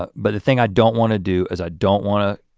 but but the thing i don't wanna do is i don't want to.